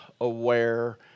aware